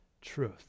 truth